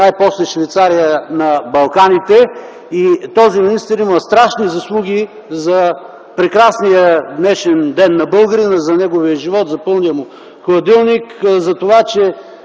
най-после Швейцария на Балканите и този министър има страшни заслуги за прекрасния днешен ден на българина, за неговия живот, за пълния му хладилник, за това, че